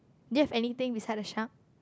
do you have anything beside a shark